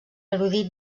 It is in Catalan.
erudit